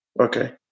Okay